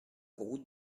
route